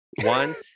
One